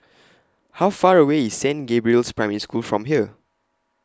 How Far away IS Saint Gabriel's Primary School from here